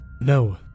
no